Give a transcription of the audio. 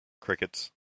Crickets